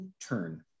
turn